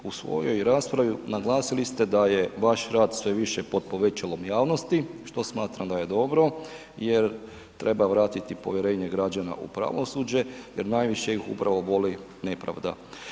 U svojoj raspravi naglasili ste da je vaš rad sve više pod povećalom javnosti što smatram da je dobro jer treba vratiti povjerenje građana u pravosuđe jer najviše ih upravo boli nepravda.